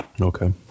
Okay